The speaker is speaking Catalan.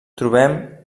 trobem